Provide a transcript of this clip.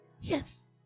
yes